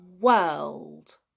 world